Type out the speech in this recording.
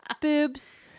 Boobs